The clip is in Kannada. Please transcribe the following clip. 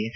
ಎಸ್